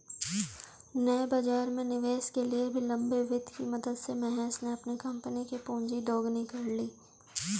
नए बाज़ार में निवेश के लिए भी लंबे वित्त की मदद से महेश ने अपनी कम्पनी कि पूँजी दोगुनी कर ली